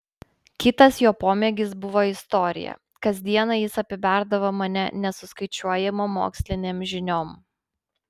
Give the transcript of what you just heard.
kitas jo pomėgis buvo istorija kasdieną jis apiberdavo mane nesuskaičiuojamom mokslinėm žiniom